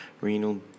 renal